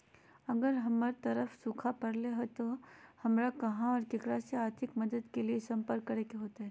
अगर हमर तरफ सुखा परले है तो, हमरा कहा और ककरा से आर्थिक मदद के लिए सम्पर्क करे होतय?